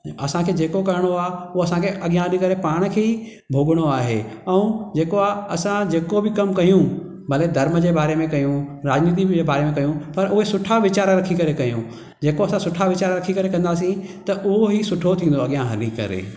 असांखे जेको करिणो आ उहो असांखे अॻियां हली करे पाण खे ई भोगणो आहे ऐं जेको आहे असां जेको बि कमु कयूं भले धरम जे बारे में कयूं राजनीति बि बारे में कयूं पर उहे सुठा वीचार रखी करे कयूं जेको असां सुठा वीचार रखी करे कंदासीं त उहो ई सुठो थींदो अॻियां हली करे